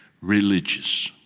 religious